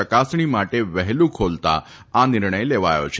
ચકાસણી માટે વહેલું ખોલતા આ નિર્ણય લેવાયો છે